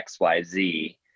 xyz